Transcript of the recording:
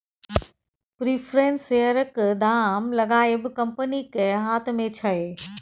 preference शेयरक दाम लगाएब कंपनीक हाथ मे छै